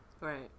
Right